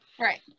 Right